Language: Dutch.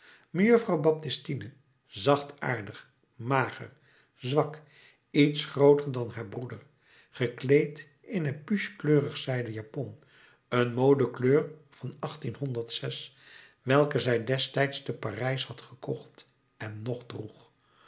mejuffrouw baptistine zachtaardig mager zwak iets grooter dan haar broeder gekleed in een puce kleurig zijden japon een modekleur van welke zij destijds te parijs had gekocht en nog droeg